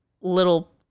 little